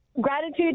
Gratitude